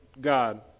God